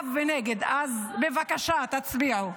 עכשיו נגד, אז בבקשה, תצביעו.